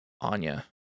Anya